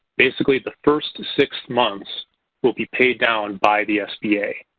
basically the first six months will be paid down by the sba.